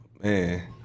man